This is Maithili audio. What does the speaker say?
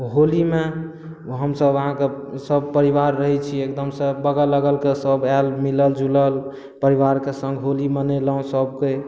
होली मे हमसभ अहाँके सभ परिबार रहै छियै एकदम सँ बगल अगल के सभ आयल मिलल जुलल परिबार केँ सङ्ग होली मनेलहुॅं सभके